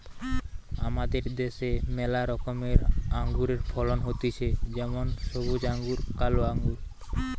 আমাদের দ্যাশে ম্যালা রকমের আঙুরের ফলন হতিছে যেমন সবুজ আঙ্গুর, কালো আঙ্গুর